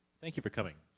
thank you for coming.